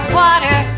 water